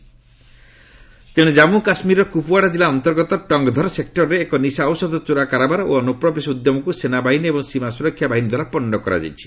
କେକେ ନାର୍କୋଟିକ୍ନ ଜାମ୍ମୁ କାଶ୍ମୀରର କୁପ୍ୱାଡ଼ା ଜିଲ୍ଲା ଅନ୍ତର୍ଗତ ଟଙ୍ଗ୍ଧର ସେକ୍ଟର୍ରେ ଏକ ନିଶା ଔଷଧ ଚୋରା କାରବାର ଓ ଅନୁପ୍ରବେଶ ଉଦ୍ୟମକୁ ସେନାବାହିନୀ ଏବଂ ସୀମା ସ୍ୱରକ୍ଷା ବାହିନୀଦ୍ୱାରା ପଣ୍ଡ କରାଯାଇଛି